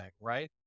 right